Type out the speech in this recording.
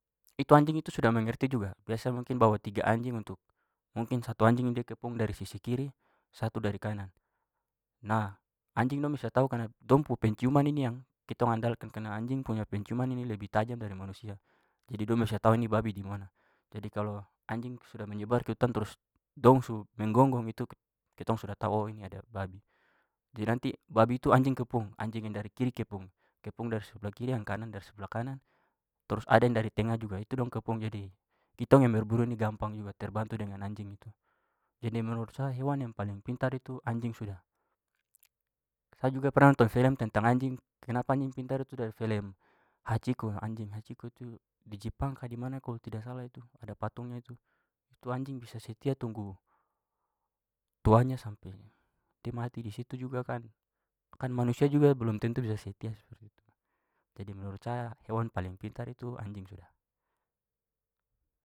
Itu anjing itu sudah mengerti juga. Biasa mungkin bawa tiga anjing untuk- mungkin satu anjing dia kepung dari sisi kiri, satu dari kanan. Nah, anjing dong bisa tahu karena dong pu penciuman ini yang kitong andalkan, karena anjing punya penciuman ini lebih tajam dari manusia, jadi dong bisa tahu ini babi dimana. Jadi kalau anjing sudah menyebar ke hutan trus dong su menggongong itu kitong sudah tahu, oh, ini ada babi. Jadi nanti babi tu anjing kepung. Anjing yang dari kiri kepung- kepung dari sebelah kiri, yang kanan dari sebelah kanan, trus ada yang dari tengah juga, itu dong kepung. Jadi kitong yang berburu ini gampang juga, terbantu dengan anjing itu. Jadi menurut saya hewan yang paling pintar itu anjing sudah. Sa juga pernah nonton film tentang anjing- kenapa anjing pintar itu dari film haciko, anjing haciko tu- di jepang ka dimana kalau tidak salah itu, ada patungnya itu. Itu anjing bisa setia tunggu tuannya sampai dia mati di situ juga kan- kan manusia juga belum tentu bisa setia seperti itu. Jadi menurut saya hewan paling pintar itu anjing sudah.